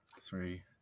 three